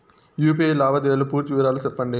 UPI లావాదేవీల పూర్తి వివరాలు సెప్పండి?